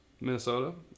Minnesota